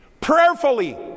prayerfully